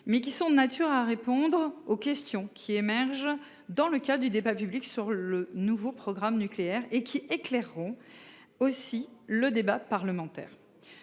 mais qui sont de nature à répondre aux questions émergeant dans le débat public sur le nouveau programme nucléaire et qui éclaireront le débat parlementaire.